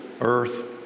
earth